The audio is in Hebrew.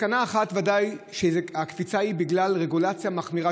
מסקנה אחת היא שהקפיצה היא בגלל רגולציה מחמירה